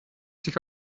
sich